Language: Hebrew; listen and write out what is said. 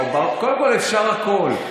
קודם כול, אפשר הכול.